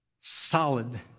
solid